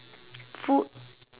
food